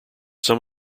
some